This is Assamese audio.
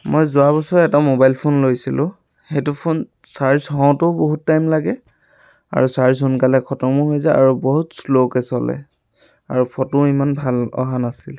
মই যোৱা বছৰ এটা মোবাইল ফোন লৈছিলোঁ সেইটো ফোন চাৰ্জ হওতেও বহুত টাইম লাগে আৰু চাৰ্জ সোনকালে খতমো হৈ যায় আৰু বহুত শ্ল'কৈ চলে আৰু ফটোও ইমান ভাল অহা নাছিল